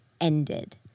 ended